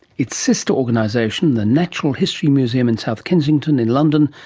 its sister organisation, the natural history museum in south kensington in london,